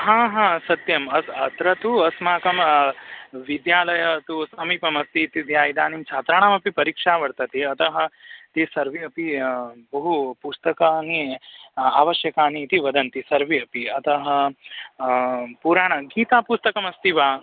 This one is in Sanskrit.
हा हा सत्यं अस्ति अत्र तु अस्माकं विद्यालयं तु समीपमस्ति इति धिया इदानीं छात्राणामपि परिक्षा वर्तते अतः ते सर्वे अपि बहु पुस्तकानि आवश्यकानि इति वदन्ति सर्वे अपि अतः पुराणगीता पुस्तकमस्ति वा